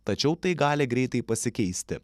tačiau tai gali greitai pasikeisti